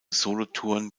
solothurn